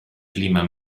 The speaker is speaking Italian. clima